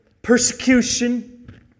Persecution